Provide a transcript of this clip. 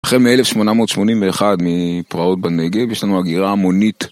החל מ-1881, מפרעות בנגב, יש לנו הגירה המונית.